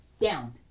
down